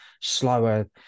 slower